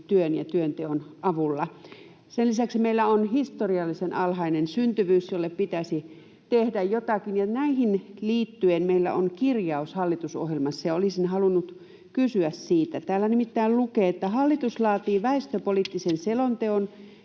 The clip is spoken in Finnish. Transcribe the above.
työn ja työnteon avulla. Sen lisäksi meillä on historiallisen alhainen syntyvyys, jolle pitäisi tehdä jotakin, ja näihin liittyen meillä on kirjaus hallitusohjelmassa, ja olisin halunnut kysyä siitä. Täällä nimittäin lukee: ”Hallitus laatii väestöpoliittisen selonteon,